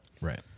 right